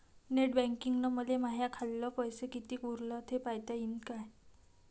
Net बँकिंगनं मले माह्या खाल्ल पैसा कितीक उरला थे पायता यीन काय?